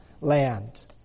land